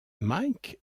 mike